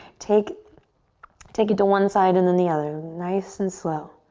take take it to one side and then the other, nice and slow.